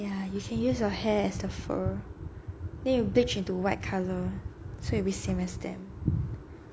ya you can use your hair as the fur then you bleach into white colour